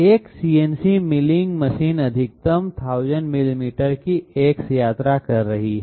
एक CNC milling machine अधिकतम 1000 millimetre की X यात्रा कर रही है